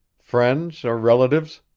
friends or relatives?